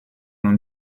non